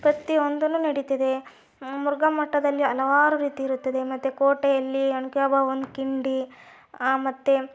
ಪ್ರತಿಯೊಂದೂ ನಡೀತಿದೆ ಮುರುಘಾ ಮಠದಲ್ಲಿ ಹಲವಾರು ರೀತಿ ಇರುತ್ತದೆ ಮತ್ತೆ ಕೋಟೆಯಲ್ಲಿ ಒನಕೆ ಓಬವ್ವನ ಕಿಂಡಿ ಮತ್ತೆ